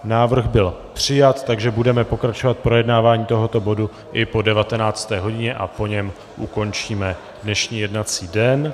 Návrh byl přijat, takže budeme pokračovat v projednávání tohoto bodu i po 19. hodině a po něm ukončíme dnešní jednací den.